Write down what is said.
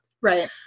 right